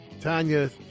Tanya